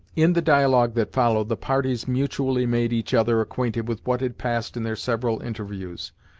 in the dialogue that followed, the parties mutually made each other acquainted with what had passed in their several interviews.